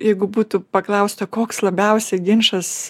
jeigu būtų paklausta koks labiausia ginčas